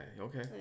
okay